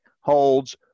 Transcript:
holds –